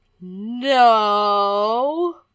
No